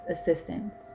assistance